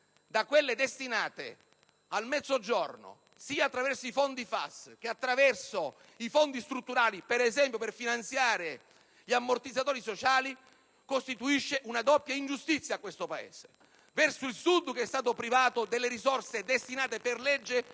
da quelle destinate al Mezzogiorno, sia attraverso i fondi FAS che attraverso i fondi strutturali, per finanziare gli ammortizzatori sociali, costituisce una doppia ingiustizia per questo Paese: verso il Sud, che è stato privato delle risorse destinate per legge